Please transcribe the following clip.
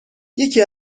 یکی